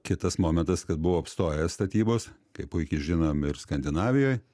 kitas momentas kad buvo apstoję statybos kaip puikiai žinom ir skandinavijoj